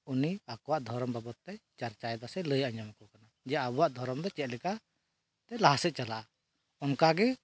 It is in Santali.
ᱩᱱᱤ ᱟᱠᱚᱣᱟᱜ ᱫᱷᱚᱨᱚᱢ ᱵᱟᱵᱚᱫ ᱛᱮ ᱪᱟᱨᱪᱟᱭ ᱫᱟᱭ ᱥᱮᱭ ᱞᱟᱹᱭ ᱟᱡᱚᱢ ᱟᱠᱚ ᱠᱟᱱᱟ ᱡᱮ ᱟᱵᱚᱣᱟᱜ ᱫᱷᱚᱨᱚᱢ ᱫᱚ ᱪᱮᱫ ᱞᱮᱠᱟ ᱛᱮ ᱞᱟᱦᱟᱥᱮᱫ ᱪᱟᱞᱟᱜᱼᱟ ᱚᱱᱠᱟᱜᱮ